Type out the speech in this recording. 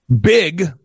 big